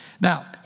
Now